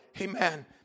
Amen